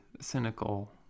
cynical